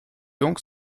donc